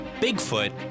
bigfoot